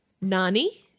Nani